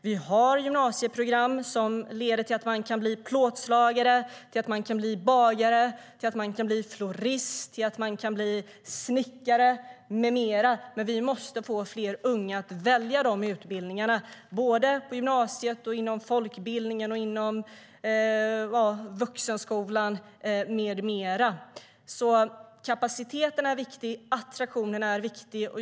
Vi har gymnasieprogram som leder till att man kan bli plåtslagare, bagare, florist, snickare med mera, men vi måste få fler unga att välja de utbildningarna, såväl på gymnasiet som inom folkbildningen, inom vuxenskolan och så vidare. Kapaciteten är viktig, och attraktionen är viktig.